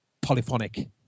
polyphonic